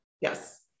Yes